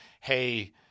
hey